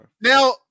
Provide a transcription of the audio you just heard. Now